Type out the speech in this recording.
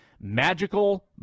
Magical